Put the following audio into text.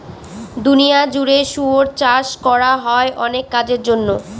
দুনিয়া জুড়ে শুয়োর চাষ করা হয় অনেক কাজের জন্য